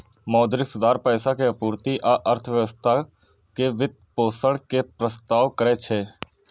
मौद्रिक सुधार पैसा के आपूर्ति आ अर्थव्यवस्था के वित्तपोषण के प्रस्ताव करै छै